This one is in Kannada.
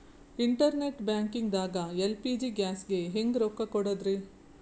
ಇಂಟರ್ನೆಟ್ ಬ್ಯಾಂಕಿಂಗ್ ದಾಗ ಎಲ್.ಪಿ.ಜಿ ಗ್ಯಾಸ್ಗೆ ಹೆಂಗ್ ರೊಕ್ಕ ಕೊಡದ್ರಿ?